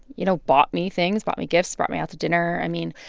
you know, bought me things, bought me gifts, brought me out to dinner. i mean,